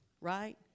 right